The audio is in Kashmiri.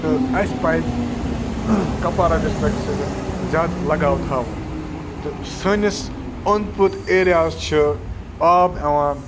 تہٕ اَسہِ پَزِ کَپوارہ ڈِسٹِرٛکَس سۭتۍ زیادٕ لَگاو تھاوُن تہٕ سٲنِس اوٚنٛد پوٚت ایرِیاس چھِ آب یِوان